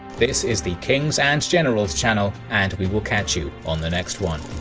this is the kings and generals channel, and we will catch you on the next one.